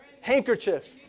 Handkerchief